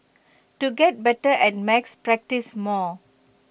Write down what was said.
to get better at maths practise more